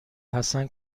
حسن